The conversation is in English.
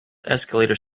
escalator